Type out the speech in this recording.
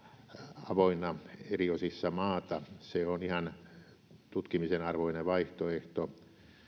avoinna eri osissa maata se on ihan tutkimisen arvoinen vaihtoehto